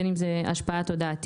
ובין אם זו השפעה תודעתית.